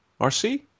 RC